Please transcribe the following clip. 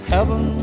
Heaven